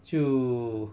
就